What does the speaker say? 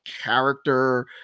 character